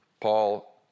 Paul